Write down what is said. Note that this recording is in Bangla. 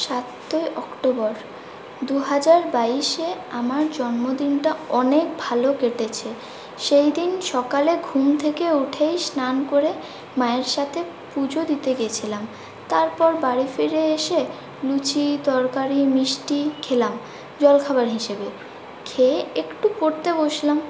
সাতই অক্টোবর দু হাজার বাইশে আমার জন্মদিনটা অনেক ভালো কেটেছে সেই দিন সকালে ঘুম থেকে উঠেই স্নান করে মায়ের সাথে পুজো দিতে গিয়েছিলাম তারপর বাড়ি ফিরে এসে লুচি তরকারি মিষ্টি খেলাম জলখাবার হিসেবে খেয়ে একটু পড়তে বসলাম